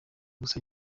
gusaba